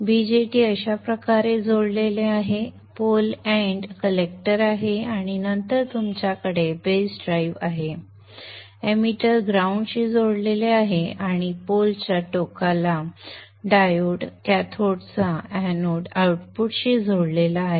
BJT अशा प्रकारे जोडलेले आहे पोल एंड कलेक्टर आहे आणि नंतर तुमच्याकडे बेस ड्राइव्ह आहे आणि emitter ग्राउंड शी जोडलेले आहे आणि पोल च्या टोकाला डायोड कॅथोडचा एनोड आउटपुटशी जोडलेला आहे